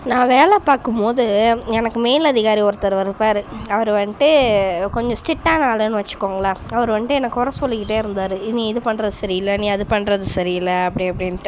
நான் வேலை பார்க்கும் போது எனக்கு மேல் அதிகாரி ஒருத்தர் வருவார் அவர் வந்துட்டு கொஞ்சம் ஸ்ரிக்ட்டான ஆளுனு வச்சுக்கோங்களேன் அவர் வந்துட்டு என்னை கொறை சொல்லிக்கிட்டே இருந்தார் நீ இது பண்ணுறது சரி இல்லை நீ அது பண்ணுறது சரி இல்லை அப்படி அப்படின்ட்டு